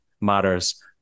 matters